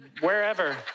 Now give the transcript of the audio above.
wherever